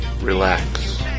Relax